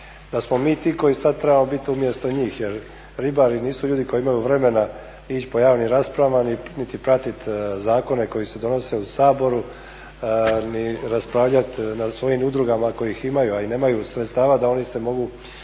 da smo mi ti koji sad trebamo biti umjesto njih jer ribari nisu ljudi koji imaju vremena ići po javnim raspravama, niti pratit zakone koji se donose u Saboru, ni raspravljat na svojim udrugama kojih imaju, a i nemaju sredstava da oni mogu